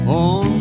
on